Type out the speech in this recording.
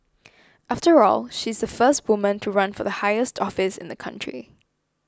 after all she's the first woman to run for the highest office in the country